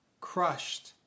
crushed